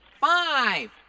five